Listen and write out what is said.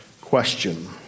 question